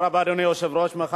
עברה בקריאה הטרומית,